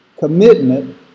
Commitment